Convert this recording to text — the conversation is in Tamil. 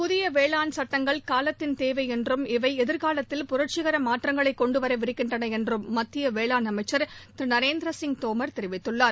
புதிய வேளாண் சட்டங்கள் காலத்தின் தேவை என்றும் இவை எதிர்காலத்தில் புரட்சிகர மாற்றங்களை கொண்டுவர விருக்கின்றன என்றும் மத்திய வேளாண் அமைச்சர் திரு நரேந்திரசிங் தோமர் தெரிவித்துள்ளார்